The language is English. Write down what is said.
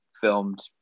filmed